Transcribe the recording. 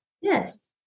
Yes